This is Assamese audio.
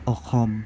অসম